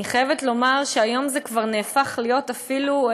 אני חייבת לומר שהיום זה כבר הפך להיות אפילו,